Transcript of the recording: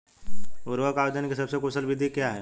उर्वरक आवेदन की सबसे कुशल विधि क्या है?